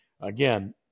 Again